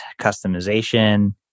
customization